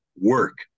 work